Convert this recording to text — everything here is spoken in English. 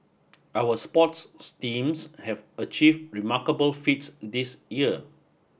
our sports steams have achieved remarkable feats this year